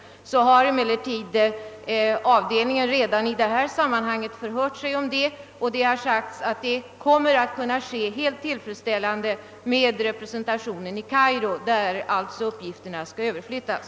Avdelningen har i nu förevarande sammanhang förhört sig om vilka möjligheter som föreligger, och det har meddelats oss att handläggningen av denna u-hjälp kommer att kunna ske helt tillfredsställande via den representation vi har i Kairo, dit uppgifterna alltså skall överflyttas.